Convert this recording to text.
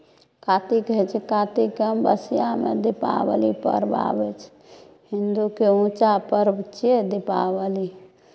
कातिक होइ छै कातिकके अमावस्यामे दीपावली पर्व आबै छै हिन्दूके ऊँचा पर्व छियै दीपावली